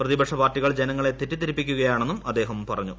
പ്രതിപക്ഷ പാർട്ടികൾ ജനങ്ങളെ തെറ്റിദ്ധരിപ്പിക്കുകയാണെന്നും അദ്ദേഹം പറഞ്ഞു